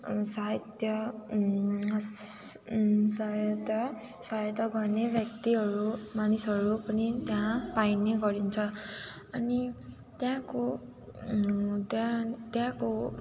साहित्य सस सहायता सहायता गर्ने व्यक्तिहरू मानिसहरू पनि त्यहाँ पाइने गरिन्छ अनि त्यहाँको त्यहाँ त्यहाँको